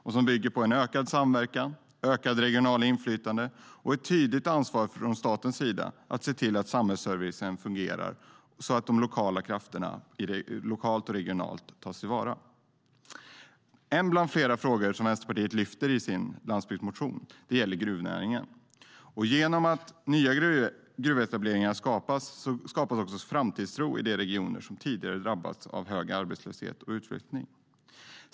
Det bygger på en ökad samverkan, ökat regionalt inflytande och ett tydligt ansvar från statens sida att se till att samhällsservicen fungerar så att de lokala krafterna, både regionalt och lokalt, tas till vara. En bland flera frågor som Vänsterpartiet lyfter fram i sin landsbygdsmotion gäller gruvnäringen. Genom att skapa nya gruvetableringar skapar vi också framtidstro i de regioner som tidigare drabbats av hög arbetslöshet och utflyttning.